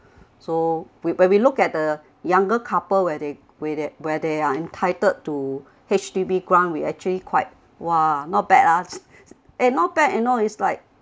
so w~ when we look at the younger couple where they where they where they are entitled to H_D_B grant we actually quite !wah! not bad ah eh not bad you know it's like